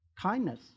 Kindness